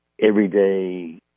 everyday